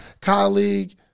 colleague